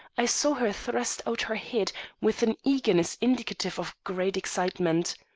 i saw her thrust out her head with an eagerness indicative of great excitement.